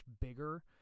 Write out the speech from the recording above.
bigger